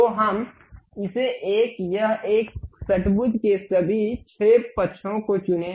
तो हम इसे एक यह एक षट्भुज के सभी 6 पक्षों को चुनें